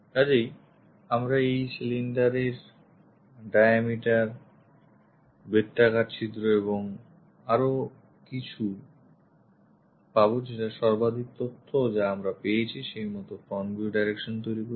কাজেই চলো আমরা এই সিলিন্ডারের ডায়ামিটার বৃত্তাকার ছিদ্র এবং আরও কিছু র মত সর্বাধিক তথ্য যা আমরা পেয়েছি সেই মতো করে front view direction তৈরী করি